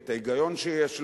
את ההיגיון שיש לו,